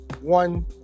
One